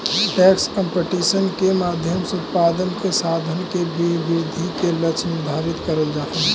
tax competition के माध्यम से उत्पादन के संसाधन के वृद्धि के लक्ष्य निर्धारित करल जा हई